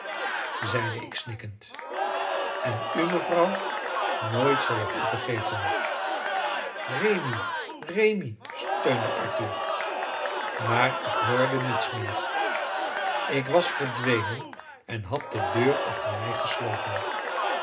zeide ik snikkend en u mevrouw nooit zal ik u vergeten rémi rémi steunde arthur maar ik hoorde niets meer ik was verdwenen en had de deur achter mij gesloten